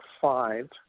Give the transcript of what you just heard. five